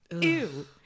Ew